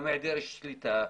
גם היעדר שליטה,